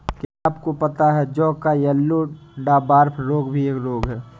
क्या आपको पता है जौ का येल्लो डवार्फ रोग भी एक रोग है?